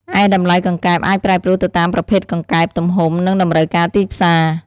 ឯតម្លៃកង្កែបអាចប្រែប្រួលទៅតាមប្រភេទកង្កែប ទំហំ និងតម្រូវការទីផ្សារ។